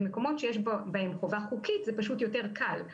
במקומות שיש בהם חובה חוקית זה פשוט יותר קל,